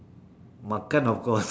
makan of course